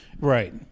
right